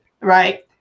right